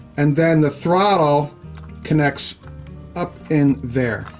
and then, the throttle connects up in there.